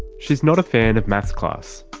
she's not a fan of maths class.